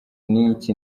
n’iki